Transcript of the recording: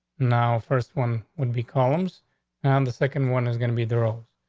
now, first one would be columns and the second one is gonna be the roles.